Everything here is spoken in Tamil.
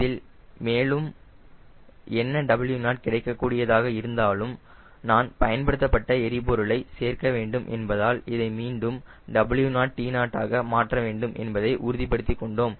இதில் மேலும் என்ன W0 கிடைக்கக் கூடியதாக இருந்தாலும் நான் பயன்படுத்தப்பட்ட எரிபொருளை சேர்க்க வேண்டும் என்பதால் இதை மீண்டும் T0 ஆக மாற்ற வேண்டும் என்பதை உறுதிப்படுத்திக் கொண்டோம்